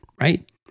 right